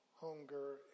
hunger